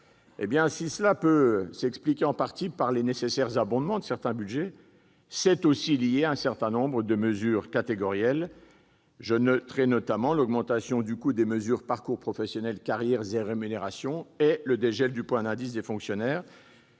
peut s'expliquer, en partie, par les nécessaires abondements de certains budgets, elle est aussi liée à un certain nombre de mesures catégorielles : je pense notamment à l'augmentation du coût des mesures « Parcours professionnels, carrières et rémunérations » et du dégel du point d'indice des fonctionnaires